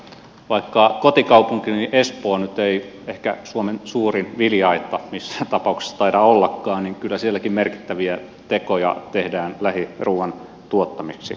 vaikka kotikaupunkini espoo nyt ei ehkä suomen suurin vilja aitta missään tapauksessa taida ollakaan niin kyllä sielläkin merkittäviä tekoja tehdään lähiruuan tuottamiseksi